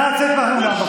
נא לצאת מהאולם.